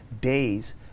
days